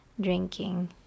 drinking